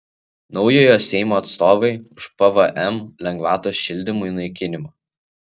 naujojo seimo atstovai už pvm lengvatos šildymui naikinimą